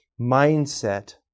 mindset